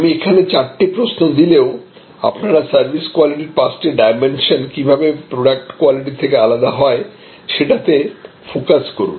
আমি এখানে চারটি প্রশ্ন দিলেও আপনারা সার্ভিস কোয়ালিটির পাঁচটি ডাইমেনশন কিভাবে প্রডাক্ট কোয়ালিটি র থেকে আলাদা হয় সেটাতে ফোকাস করুন